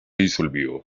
disolvió